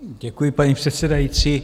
Děkuji, paní předsedající.